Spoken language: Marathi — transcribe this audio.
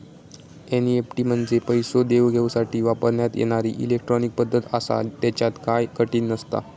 एनईएफटी म्हंजे पैसो देवघेवसाठी वापरण्यात येणारी इलेट्रॉनिक पद्धत आसा, त्येच्यात काय कठीण नसता